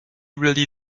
really